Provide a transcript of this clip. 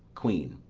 queen.